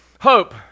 Hope